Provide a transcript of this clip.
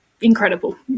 incredible